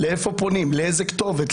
לאיזו כתובת?